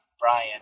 Brian